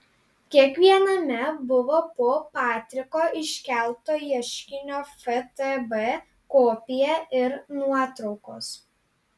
kiekviename buvo po patriko iškelto ieškinio ftb kopiją ir nuotraukos